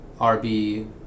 RB